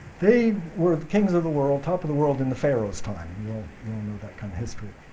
they were kings of the world, top of the world in the pharaoh's time, you all know know that kind of history.